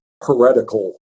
heretical